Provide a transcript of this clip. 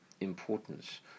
importance